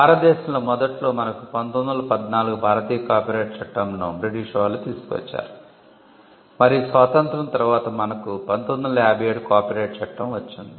భారతదేశంలో మొదట్లో మనకు 1914 భారతీయ కాపీరైట్ చట్టంను బ్రిటిషర్లు తీసుకువచ్చారు మరియు స్వాతంత్ర్యం తరువాత మనకు 1957 కాపీరైట్ చట్టం వచ్చింది